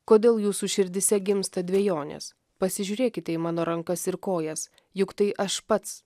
kodėl jūsų širdyse gimsta dvejonės pasižiūrėkite į mano rankas ir kojas juk tai aš pats